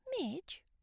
Midge